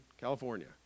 California